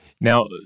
Now